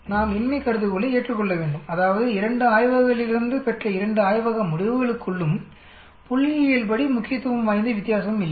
நாம் இன்மை கருதுகோளை ஏற்றுக்கொள்ளவேண்டும் அதாவது இரண்டு ஆய்வகங்களிலிருந்து பெற்ற இரண்டு ஆய்வக முடிவுகளுக்குள்ளும் புள்ளியியல்படி முக்கியத்துவம் வாய்ந்த வித்தியாசம் இல்லை